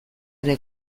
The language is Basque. ere